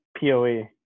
Poe